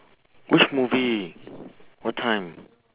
which movie what time